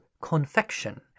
confection